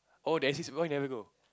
oh there's this why you never go